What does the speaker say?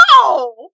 No